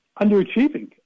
underachieving